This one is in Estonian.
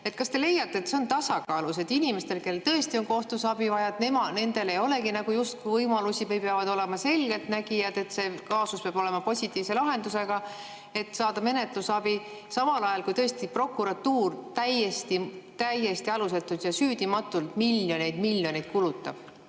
Kas te leiate, et see on tasakaalus, et inimestel, kellel tõesti on kohtus abi vaja, ei olegi justkui võimalusi või nad peavad olema selgeltnägijad, et see kaasus peab olema positiivse lahendusega, et saada menetlusabi, samal ajal kui prokuratuur täiesti aluselt ja süüdimatult miljoneid-miljoneid kulutab?